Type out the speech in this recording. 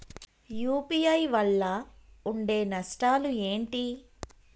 UPI వల్ల ఉండే నష్టాలు ఏంటి??